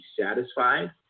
satisfied